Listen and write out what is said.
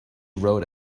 wrote